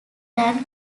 done